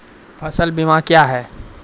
फसल बीमा क्या हैं?